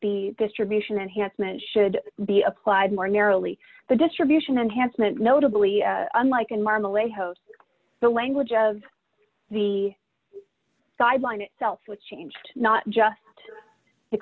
that distribution enhancement should be applied more narrowly the distribution enhancement notably unlike in marmalade host the language of the guideline itself which changed not just the